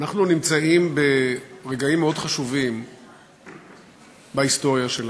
אנחנו נמצאים ברגעים מאוד חשובים בהיסטוריה שלנו.